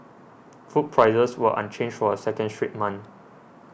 food prices were unchanged for a second straight month